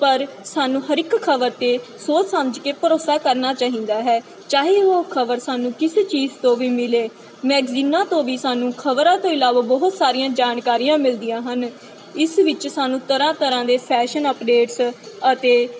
ਪਰ ਸਾਨੂੰ ਹਰ ਇੱਕ ਖਬਰ 'ਤੇ ਸੋਚ ਸਮਝ ਕੇ ਭਰੋਸਾ ਕਰਨਾ ਚਾਹੀਦਾ ਹੈ ਚਾਹੇ ਉਹ ਖਬਰ ਸਾਨੂੰ ਕਿਸੇ ਚੀਜ਼ ਤੋਂ ਵੀ ਮਿਲੇ ਮੈਗਜ਼ੀਨਾਂ ਤੋਂ ਵੀ ਸਾਨੂੰ ਖਬਰਾਂ ਤੋਂ ਇਲਾਵਾ ਬਹੁਤ ਸਾਰੀਆਂ ਜਾਣਕਾਰੀਆਂ ਮਿਲਦੀਆਂ ਹਨ ਇਸ ਵਿੱਚ ਸਾਨੂੰ ਤਰ੍ਹਾਂ ਤਰ੍ਹਾਂ ਦੇ ਫੈਸ਼ਨ ਅਪਡੇਟਸ ਅਤੇ